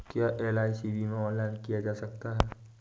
क्या एल.आई.सी बीमा ऑनलाइन किया जा सकता है?